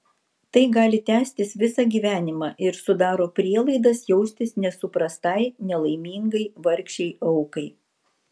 tai gali tęstis visą gyvenimą ir sudaro prielaidas jaustis nesuprastai nelaimingai vargšei aukai